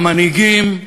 המנהיגים,